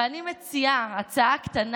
ואני מציעה הצעה קטנה,